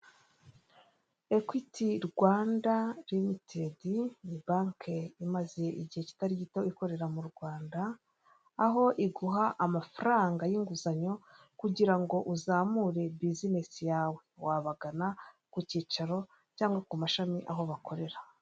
Ekwiti Rwanda limitedi ni banki imaze igihe kitari gito ikorera mu Rwanda aho iguha amafaranga y'inguzanyo kugira ngo uzamure bizinesi yawe wabagana ku cyicaro cyangwa ku mashami aho bakorera.